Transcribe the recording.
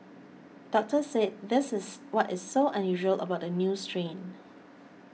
doctors said this is what is so unusual about the new strain